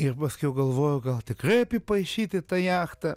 ir paskiau galvoju gal tikrai apipaišyti tą jachtą